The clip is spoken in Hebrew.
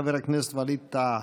חבר הכנסת ווליד טאהא.